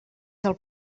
del